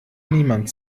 niemand